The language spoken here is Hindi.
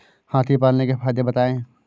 हाथी पालने के फायदे बताए?